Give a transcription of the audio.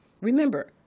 remember